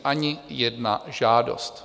Ani jedna žádost.